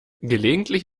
gelegentlich